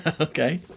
Okay